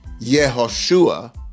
Yehoshua